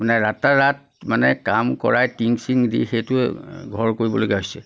মানে ৰাতা ৰাত মানে কাম কৰাই টিং চিং দি সেইটো ঘৰ কৰিবলগীয়া হৈছে